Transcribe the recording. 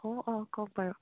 অঁ অঁ কওক বাৰু